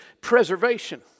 preservation